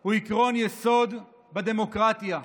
הוא עקרון יסוד בדמוקרטיה.